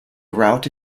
route